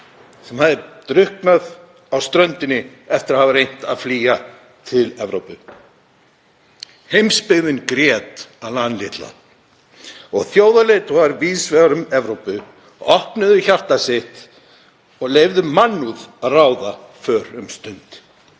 sem hafði drukknað eftir að hafa reynt að flýja til Evrópu. Heimsbyggðin grét Alan litla og þjóðarleiðtogar víðs vegar um Evrópu opnuðu hjarta sitt og leyfðu mannúð að ráða för um stund.